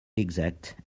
exact